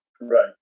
Right